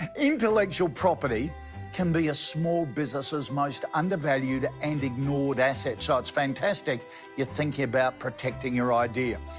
intellectual property can be a small businesses most undervalued and ignored asset, so it's fantastic you are thinking about protecting your idea.